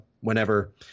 whenever